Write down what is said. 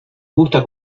gusta